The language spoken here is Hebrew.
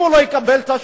אם הוא לא יקבל תשלום,